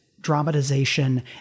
dramatization